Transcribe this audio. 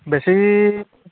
বেছি